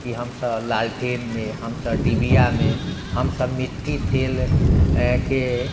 की हमसब लालटेनमे हमसब डिबियामे हमसब मिट्टी तेल के